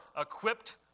equipped